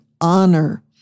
honor